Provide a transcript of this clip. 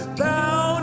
bound